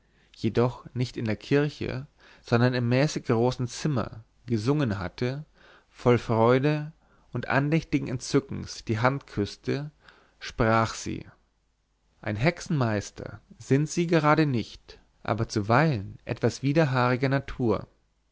jedoch nicht in der kirche sondern im mäßig großen zimmer gesungen hatte voll freude und andächtigen entzückens die hand küßte sprach sie ein hexenmeister sind sie gerade nicht aber zuweilen etwas widerhaarigter natur